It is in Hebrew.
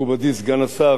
מכובדי סגן השר,